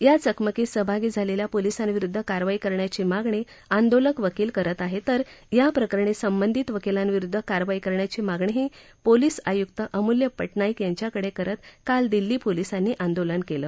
या चकमकीत सहभागी झालेल्या पोलिसांविरुद्ध कारवाई करण्याची मागणी आंदोलक वकील करत आहेत तर याप्रकरणी संबंधित वकीलांविरुद्ध कारवाई करण्याची मागणीही पोलीस आयुक्त अमूल्य पटनाईक यांच्याकडे करत काल दिल्ली पोलिसांनी आंदोलन केलं